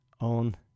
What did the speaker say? on